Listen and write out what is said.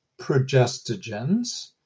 progestogens